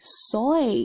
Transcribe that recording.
Soy